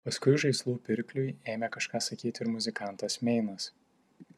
paskui žaislų pirkliui ėmė kažką sakyti ir muzikantas meinas